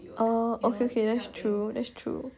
oh okay okay that's true that's true